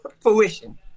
fruition